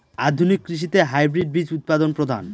আধুনিক কৃষিতে হাইব্রিড বীজ উৎপাদন প্রধান